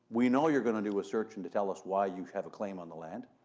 we know you're going to do a search and tell us why you have a claim on the land.